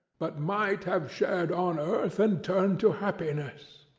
but might have shared on earth, and turned to happiness!